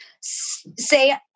say